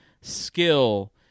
skill